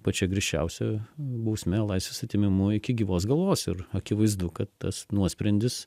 pačia griežčiausia bausme laisvės atėmimu iki gyvos galvos ir akivaizdu kad tas nuosprendis